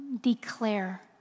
declare